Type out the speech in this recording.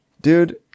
Dude